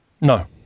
No